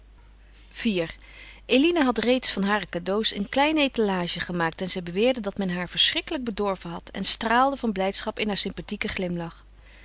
iv eline had reeds van hare cadeaux eene kleine étalage gemaakt en zij beweerde dat men haar verschrikkelijk bedorven had en straalde van blijdschap in haar sympathieken glimlach